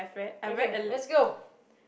okay let's go